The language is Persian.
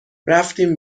رفتیم